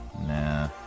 Nah